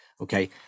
okay